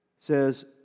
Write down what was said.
says